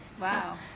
Wow